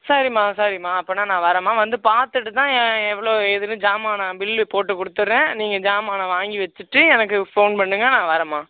சரிம்மா சரிம்மா அப்போன்னா நான் வரம்மா வந்து பார்த்துட்டு தான் எவ்வளோ ஏதுன்னு ஜாமான் நான் பில்லு போட்டுக் கொடுத்துடுறேன் நீங்கள் ஜாமானை வாங்கி வச்சிட்டு எனக்கு ஃபோன் பண்ணுங்கள் நான் வரம்மா